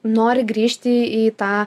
nori grįžti į tą